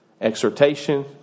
Exhortation